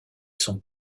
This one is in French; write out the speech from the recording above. son